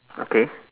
okay